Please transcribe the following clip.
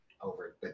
over